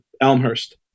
Elmhurst